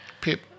Pip